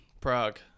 Prague